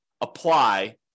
apply